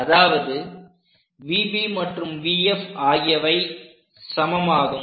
அதாவது VB மற்றும் VF ஆகியவை சமமாகும்